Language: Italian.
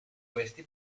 questi